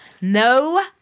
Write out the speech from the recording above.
No